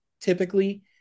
typically